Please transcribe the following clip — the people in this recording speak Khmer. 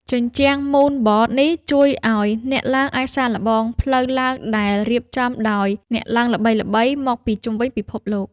ជញ្ជាំងមូនបតនេះ ជួយឱ្យអ្នកឡើងអាចសាកល្បងផ្លូវឡើងដែលរៀបចំដោយអ្នកឡើងល្បីៗមកពីជុំវិញពិភពលោក។